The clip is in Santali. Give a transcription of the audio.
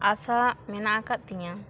ᱟᱥᱟ ᱢᱮᱱᱟᱜ ᱟᱠᱟᱫ ᱛᱤᱧᱟᱹ